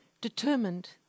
determined